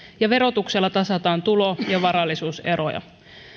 ja verotuksella tasataan tulo ja varallisuuseroja